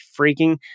freaking